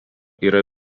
yra